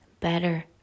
better